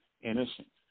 innocent